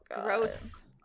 Gross